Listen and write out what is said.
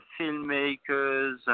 filmmakers